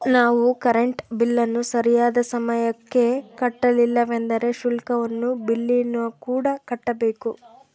ನಾವು ಕರೆಂಟ್ ಬಿಲ್ಲನ್ನು ಸರಿಯಾದ ಸಮಯಕ್ಕೆ ಕಟ್ಟಲಿಲ್ಲವೆಂದರೆ ಶುಲ್ಕವನ್ನು ಬಿಲ್ಲಿನಕೂಡ ಕಟ್ಟಬೇಕು